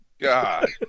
God